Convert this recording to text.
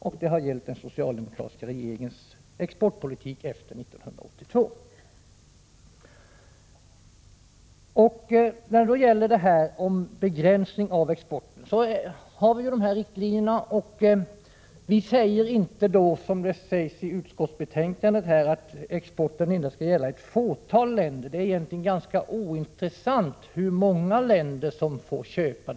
Och det har gällt den socialdemokratiska regeringens exportpolitik efter 1982. Vi har riktlinjer för begränsning av exporten. Men från vpk säger vi inte — vilket sägs i utskottsbetänkandet — att exporten skall gälla endast ett fåtal länder. Det är egentligen ganska ointressant hur många länder som får köpa.